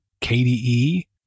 KDE